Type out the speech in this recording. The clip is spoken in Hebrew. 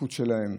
הצדיקות שלהם,